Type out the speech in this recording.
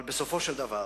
אבל בסופו של דבר,